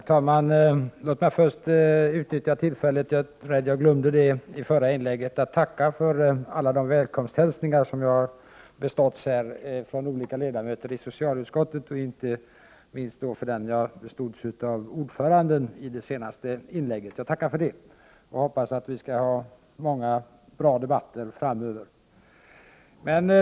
Herr talman! Låt mig först utnyttja tillfället — jag glömde det i mitt förra inlägg — att tacka för alla de välkomsthälsningar som jag har beståtts här från olika ledamöter i socialutskottet, inte minst för den jag bestods av ordföranden det senaste inlägget. Jag tackar, och jag hoppas att vi skall ha många bra debatter framöver.